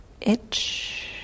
itch